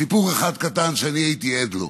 סיפור אחד קטן שאני הייתי עד לו: